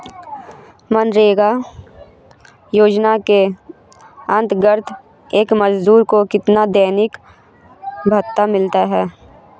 मनरेगा योजना के अंतर्गत एक मजदूर को कितना दैनिक भत्ता मिलता है?